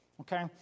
okay